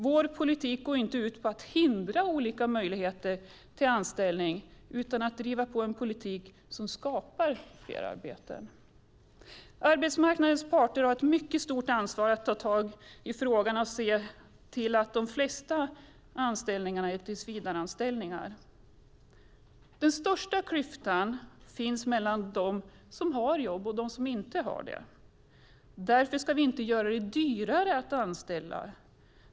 Vår politik går inte ut på att hindra olika möjligheter till anställning utan på att driva en politik som skapar fler arbeten. Arbetsmarknadens parter har ett stort ansvar att ta tag i frågan och se till att de allra flesta anställningar är tillsvidareanställningar. Den största klyftan finns mellan dem som har jobb och dem som inte har det. Därför ska vi inte göra det dyrare att anställa.